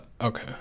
Okay